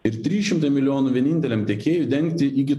ir trys šimtai milijonų vieninteliam tiekėjui dengti iki